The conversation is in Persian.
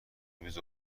روز